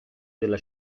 della